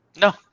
No